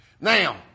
Now